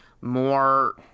more